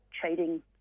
trading